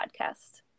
podcast